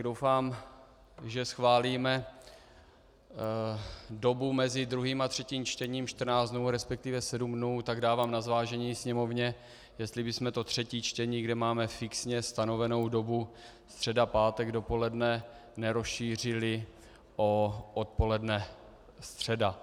Doufám, že schválíme dobu mezi druhým a třetím čtením 14 dnů, resp. 7 dnů, tak dávám na zvážení Sněmovně, jestli bychom to třetí čtení, kde máme fixně stanovenou dobu středa a pátek dopoledne, nerozšířili o odpoledne středa.